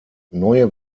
neue